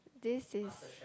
this is